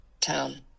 Town